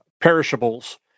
perishables